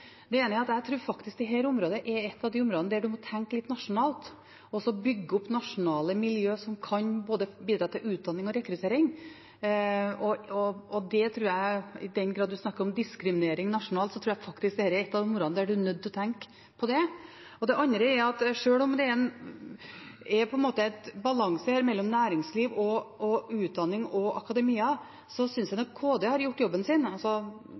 Det ene er: Jeg tror dette området er et av de områdene der en må tenke litt nasjonalt, altså bygge opp nasjonale miljøer som kan bidra både til utdanning og rekruttering. Og i den grad man snakker om diskriminering nasjonalt, tror jeg dette er et av de områdene der en er nødt til å tenke på det. Det andre er: Sjøl om det er – på en måte – balanse her mellom næringslivet og utdanning og akademia, synes jeg nok Kunnskapsdepartementet har gjort jobben sin, altså